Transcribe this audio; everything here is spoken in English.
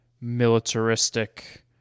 militaristic